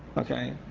okay.